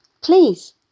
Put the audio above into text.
Please